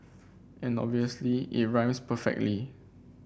and obviously it rhymes perfectly